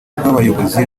rw’abayobozi